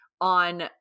on